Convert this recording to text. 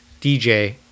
DJ